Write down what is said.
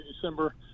December –